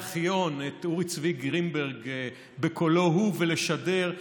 ארכיון את אורי צבי גרינברג בקולו הוא ולשדר,